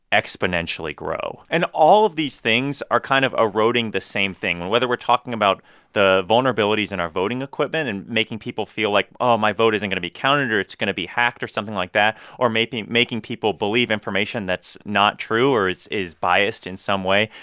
exponentially grow. and all of these things are kind of eroding the same thing. and whether we're talking about the vulnerabilities in our voting equipment and making people feel like, oh, my vote isn't going to be counted or it's going to be hacked or something like that or maybe making people believe information that's not true or is biased in some way,